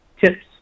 tips